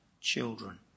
children